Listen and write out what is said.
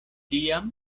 tiam